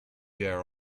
there